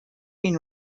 been